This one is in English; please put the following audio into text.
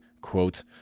quote